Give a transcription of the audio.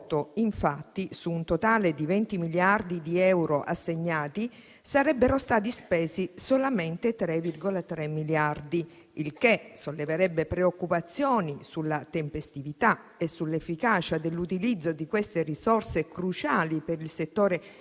infatti, su un totale di 20 miliardi di euro assegnati, sarebbero stati spesi solamente 3,3 miliardi, il che solleverebbe preoccupazioni sulla tempestività e sull'efficacia dell'utilizzo di queste risorse cruciali per il settore educativo